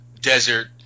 desert